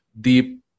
deep